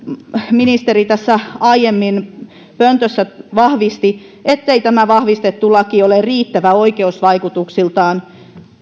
ministeri aiemmin pöntössä vahvisti että tämä vahvistettu laki ei ole riittävä oikeusvaikutuksiltaan